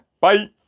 Bye